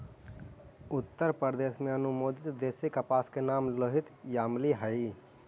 उत्तरप्रदेश में अनुमोदित देशी कपास के नाम लोहित यामली हई